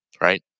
right